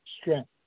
strength